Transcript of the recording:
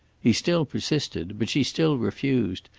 he still persisted, but she still refused,